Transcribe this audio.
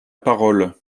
parole